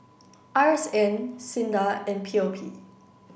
R S N SINDA and P O P